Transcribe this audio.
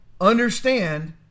Understand